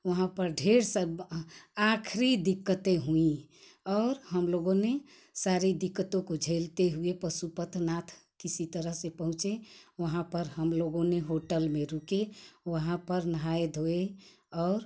वहाँ पर ढेर सब आखिरी दिक्कते हुईं और हम लोगों ने सारी दिक्कतों को झेलते हुए पशुपतिनाथ किसी तरह से पहुँचे वहाँ पर हम लोगों ने होटल में रुके वहाँ पर नहाए धोए और